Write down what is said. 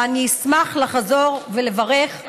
ואני אשמח לחזור ולברך.